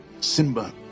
Simba